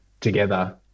together